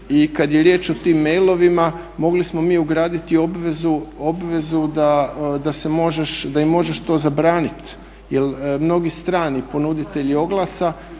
I kada je riječ o tim mailovima mogli smo mi ugraditi obvezu da im možeš to zabraniti jer mnogi strani ponuditelji oglasa